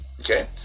okay